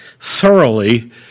thoroughly